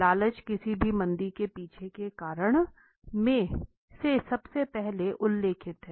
लालच किसी भी मंदी के पीछे के कारणों में से सबसे पहले उल्लेखित है